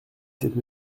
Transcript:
cette